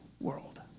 world